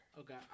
Okay